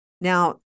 Now